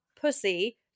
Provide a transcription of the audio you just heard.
pussy